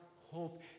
hope